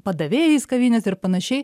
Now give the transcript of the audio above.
padavėjais kavinėse ir panašiai